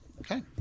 Okay